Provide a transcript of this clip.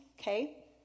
Okay